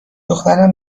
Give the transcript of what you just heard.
دخترم